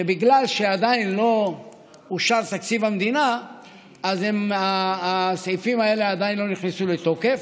ובגלל שעדיין לא אושר תקציב המדינה הסעיפים האלה עדיין לא נכנסו לתוקף.